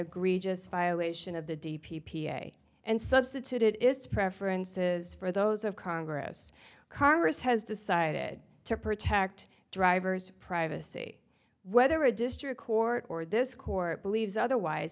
egregious violation of the d p p and substitute it is preferences for those of congress congress has decided to protect driver's privacy whether a district court or this court believes otherwise